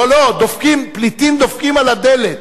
לא, לא, פליטים דופקים על הדלת.